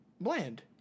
bland